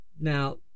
Now